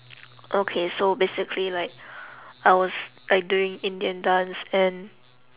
okay so basically like I was like doing indian dance and